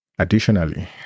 Additionally